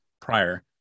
prior